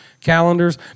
calendars